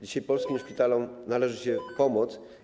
Dzisiaj polskim szpitalom należy się pomoc.